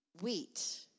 wheat